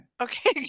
Okay